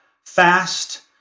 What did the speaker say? fast